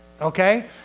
okay